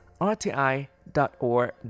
rti.org